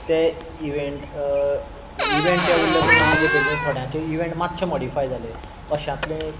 ते event event ते उरले पूण नांव बदल्लें थोड्यांचे इव्हेंट मातशे मोडिफाय जाले अश्यांतले